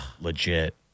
legit